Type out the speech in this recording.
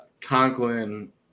Conklin